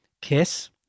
Kiss